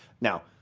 Now